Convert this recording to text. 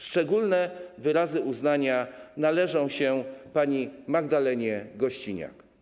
Szczególne wyrazy uznania należą się pani Magdalenie Gościniak.